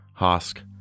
Hosk